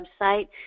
website